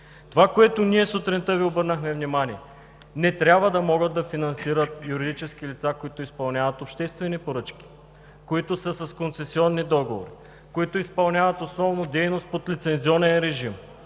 Това, което ние сутринта Ви обърнахме внимание – не трябва да могат да финансират юридически лица, които изпълняват обществени поръчки, които са с концесионни договори, които изпълняват основно дейност под лицензионен режим.